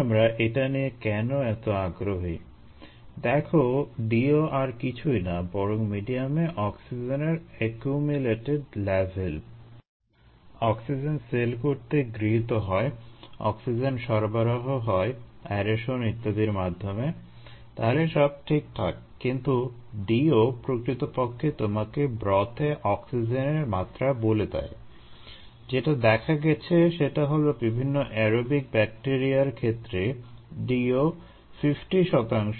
এখন আমরা এটা নিয়ে কেন এত আগ্রহী দেখো DO আর কিছুই না বরং মিডিয়ামে অক্সিজেনের একিউমুলেটেড লেভেল